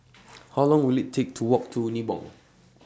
How Long Will IT Take to Walk to Nibong